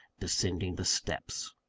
descending the steps.